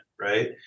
Right